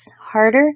harder